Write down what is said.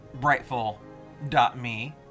Brightful.me